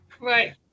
Right